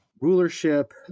rulership